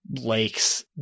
lakes